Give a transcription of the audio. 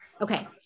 okay